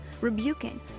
rebuking